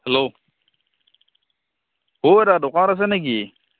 hello অ'ৰা দোকানত আছে নেকি